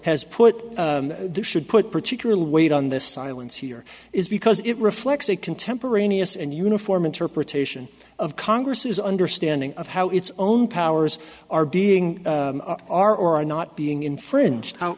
has put this should put particularly weight on this silence here is because it reflects a contemporaneous and uniform interpretation of congress's understanding of how its own powers are being are or are not being infringed